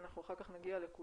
אנחנו אחר כך נגיע לכולם,